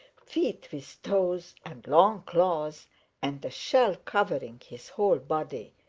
feet with toes and long claws and a shell covering his whole body,